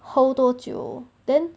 hold 多久 then